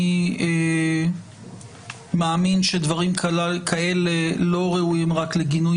אני מאמין שדברים כאלה לא ראויים רק לגינוי